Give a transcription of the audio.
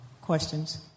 Questions